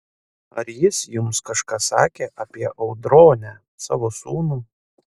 ar jis jums kažką sakė apie audronę savo sūnų